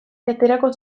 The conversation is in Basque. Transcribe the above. aterako